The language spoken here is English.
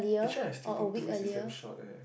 actually I still think two weeks is damn short leh